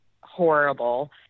horrible